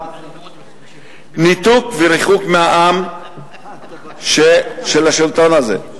ניתוק וריחוק מהעם של השלטון הזה,